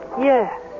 Yes